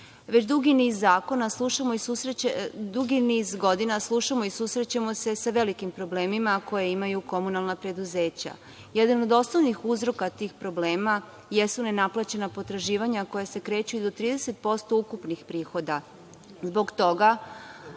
dugi niz godina slušamo i susrećemo se sa velikim problemima koje imaju komunalna preduzeća. Jedan od osnovnih uzroka tih problema jesu ne naplaćena potraživanja koja se kreću i do 30% ukupnih prihoda.